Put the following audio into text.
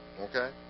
Okay